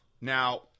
Now